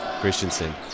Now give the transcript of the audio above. Christensen